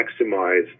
maximize